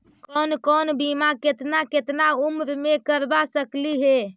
कौन कौन बिमा केतना केतना उम्र मे करबा सकली हे?